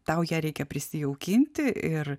tau ją reikia prisijaukinti ir